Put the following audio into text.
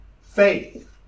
faith